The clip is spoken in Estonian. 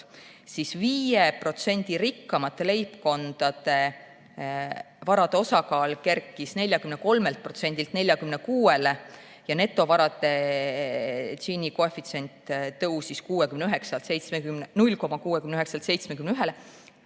siis 5% rikkamate leibkondade varade osakaal kerkis 43%‑lt 46%‑le ja netovarade Gini koefitsient tõusis 0,69‑lt 71‑le.